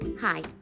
Hi